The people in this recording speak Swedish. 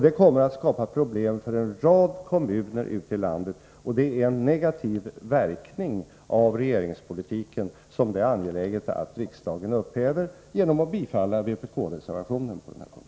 Det kommer att skapa problem för en rad kommuner ute i landet. Denna negativa verkan av regeringens politik är det angeläget att riksdagen upphäver genom att bifalla vpk-reservationen på den här punkten.